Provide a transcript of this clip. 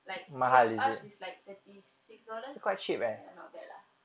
like three of us is like thirty six dollar ya not bad lah